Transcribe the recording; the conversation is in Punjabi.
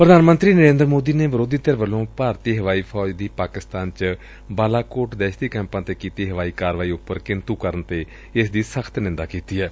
ਪ੍ਧਾਨ ਮੰਤਰੀ ਨਰੇਂਦਰ ਮੋਦੀ ਨੇ ਵਿਰੋਧੀ ਧਿਰ ਵੱਲੋਂ ਭਾਰਤੀ ਹਵਾਈ ਫੌਜ ਦੀ ਪਾਕਿਸਤਾਨ ਚ ਬਾਲਾਕੋਟ ਦਹਿਸ਼ਤੀ ਕੈਂਪਾਂ ਤੇ ਕੀਤੀ ਹਵਾਈ ਕਾਰਵਾਈ ਉਪਰ ਕਿੰਤੁ ਕਰਨ ਤੇ ਏਸ ਦੀ ਨੁਕਤਾਚੀਨੀ ਕੀਤੀ ਏ